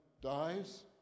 dies